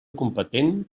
competent